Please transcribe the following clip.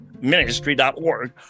ministry.org